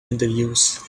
interviews